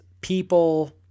people